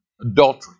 adultery